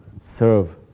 serve